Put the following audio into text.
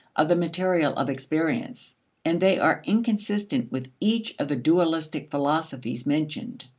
of the material of experience and they are inconsistent with each of the dualistic philosophies mentioned.